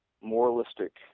moralistic